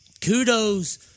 kudos